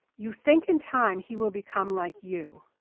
you think in time, he will become like you.